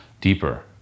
deeper